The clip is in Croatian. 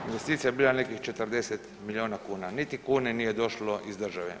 Investicija je bila nekih 40 milijona kuna, niti kune nije došlo iz države.